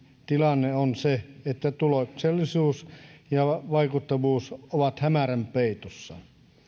tilanne on se että tuloksellisuus ja vaikuttavuus ovat hämärän peitossa